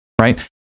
right